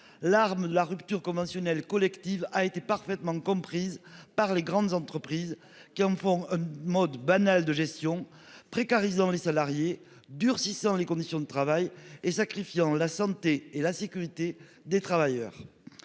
L'arme de la rupture conventionnelle collective a été parfaitement comprise par les grandes entreprises qui en font un mode banal de gestion précarisant les salariés durcissant les conditions de travail et sacrifiant la santé et la sécurité des travailleurs.